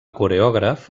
coreògraf